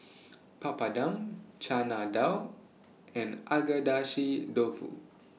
Papadum Chana Dal and Agedashi Dofu